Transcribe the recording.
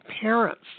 parents